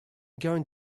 going